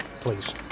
please